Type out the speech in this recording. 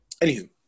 Anywho